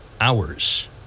hours